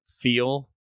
feel